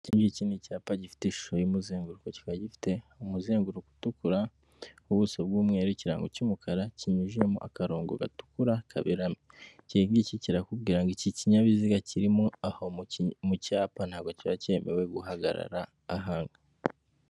Iki ngiki ni icyapa gifite ishusho y'umuzenguruko kikaba gifite umuzenguruko utukura w'ubuso bw'umweru ikirango cy'umukara kinyujijemo akarongo gatukura kaberamye, iki ngiki kirakubwira ngo iki kinyabiziga kirimo aho mu cyapa ntabwo kiba cyemewe guhagarara aha.